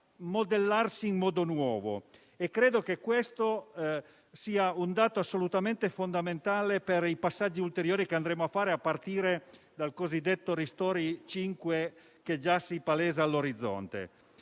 modellarsi in modo nuovo. Credo che questo sia un dato assolutamente fondamentale per i passaggi ulteriori che andremo a fare, a partire dal cosiddetto decreto ristori cinque, che già si palesa all'orizzonte.